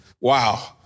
Wow